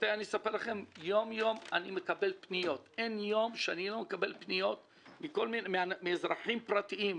אין יום שאני לא מקבל פניות מאזרחים פרטיים.